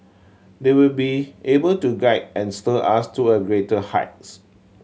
they will be able to guide and steer us to a greater heights